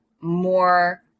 more